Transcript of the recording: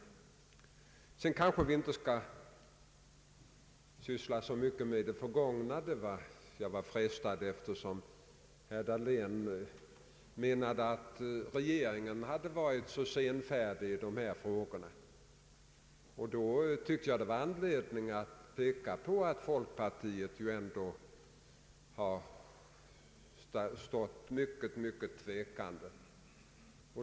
Vi skall kanske inte syssla så mycket med det förgångna, men jag blev frestad till det när herr Dahlén sade att regeringen varit så senfärdig i dessa frågor. Det fanns anledning att påpeka att folkpartiet stått mycket tvekande.